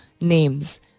names